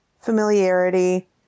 Familiarity